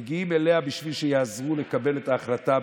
הם מגיעים אליה בשביל שיעזרו לקבל את ההחלטה,